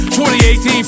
2018